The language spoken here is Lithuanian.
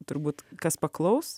turbūt kas paklaus